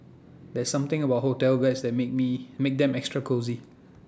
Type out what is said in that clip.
there's something about hotel beds that make me makes them extra cosy